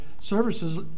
services